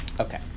okay